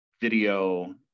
video